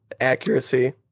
accuracy